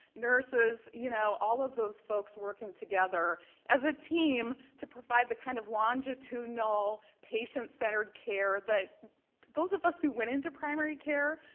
nurses, you know all of those folks working together as a team to provide the kind of longitudinal, patient-centered care that those of us who went into primary care,